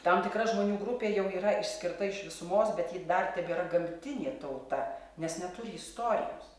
tam tikra žmonių grupė jau yra išskirta iš visumos bet ji dar tebėra gamtinė tauta nes neturi istorijos